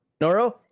noro